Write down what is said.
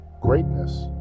Greatness